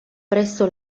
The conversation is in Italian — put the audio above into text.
presso